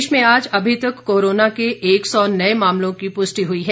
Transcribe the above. प्रदेश में आज अभी तक कोरोना के एक सौ नए मामलों की पुष्टि हुई है